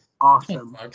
awesome